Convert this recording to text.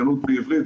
אוריינות בעברית,